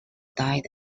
died